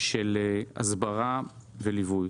של הסברה וליווי.